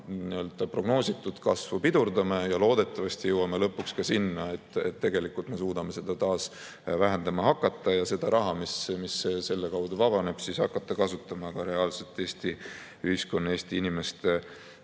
prognoositud kasvu pidurdame ja loodetavasti jõuame lõpuks ka sinna, et me suudame seda taas vähendama hakata ja seda raha, mis selle kaudu vabaneb, hakata kasutama ka reaalselt Eesti ühiskonna ja Eesti inimeste elujärje